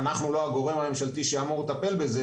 אנחנו לא הגורם הממשלתי שאמור לטפל בזה.